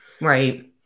Right